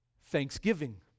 Thanksgiving